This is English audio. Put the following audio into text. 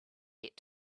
get